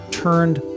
turned